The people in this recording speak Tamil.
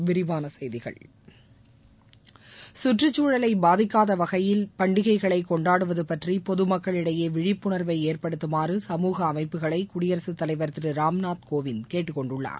விரிவான செய்திகள் சுற்றுச்சூழலை பாதிக்காத வகையில் பண்டிகைகளை கொண்டாடுவது பற்றி பொதுமக்களிடையே விழிப்புணா்வை ஏற்படுத்துமாறு சமூக அமைப்புகளை குடியரசுத் தலைவா் திரு ராம்நாத் கோவிந்த் கேட்டுக் கொண்டுள்ளார்